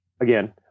again